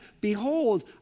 behold